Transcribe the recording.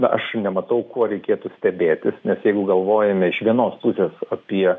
na aš nematau kuo reikėtų stebėtis nes jeigu galvojame iš vienos pusės apie